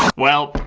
well,